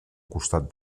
costat